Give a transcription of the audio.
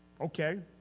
Okay